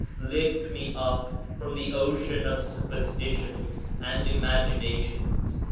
lift me up from the ocean of superstitions and imaginations,